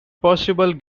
percival